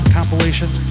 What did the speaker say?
Compilation